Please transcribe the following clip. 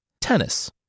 Tennis